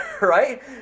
right